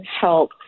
help